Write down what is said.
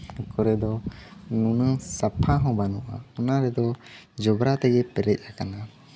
ᱠᱚᱨᱮ ᱫᱚ ᱱᱩᱱᱟᱹᱝ ᱥᱟᱯᱷᱟ ᱦᱚᱸ ᱵᱟᱹᱱᱩᱜᱼᱟ ᱚᱱᱟ ᱨᱮᱫᱚ ᱡᱚᱵᱽᱨᱟ ᱛᱮᱜᱮ ᱯᱮᱨᱮᱡ ᱟᱠᱟᱱᱟ